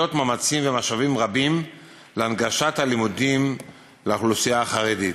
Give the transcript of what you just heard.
משקיעות מאמצים ומשאבים רבים להנגשת הלימודים לאוכלוסייה החרדית,